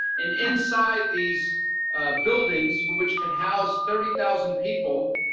and inside these buildings which could house thirty thousand people,